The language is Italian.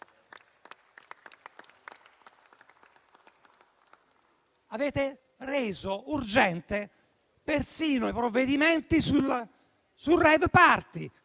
Avete reso urgenti persino i provvedimenti sui *rave party*,